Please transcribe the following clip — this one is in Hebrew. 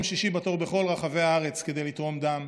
שישי בתור בכל רחבי הארץ כדי לתרום דם,